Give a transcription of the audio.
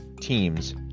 teams